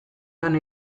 lan